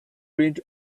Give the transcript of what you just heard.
reign